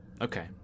okay